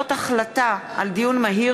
בעקבות דיון מהיר